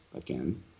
again